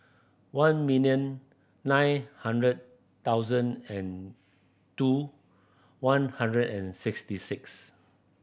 one million nine hundred thousand and two one hundred and sixty six